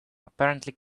apparently